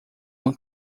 uma